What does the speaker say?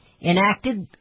enacted